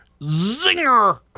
Zinger